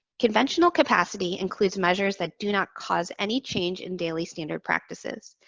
conventional capacity includes measures that do not cause any change in daily standard practices.